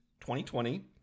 2020